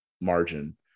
margin